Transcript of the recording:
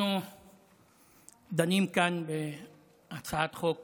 אנחנו דנים כאן בפיצול של הצעת חוק